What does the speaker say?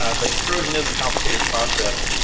ah but corrosion is a complicated process.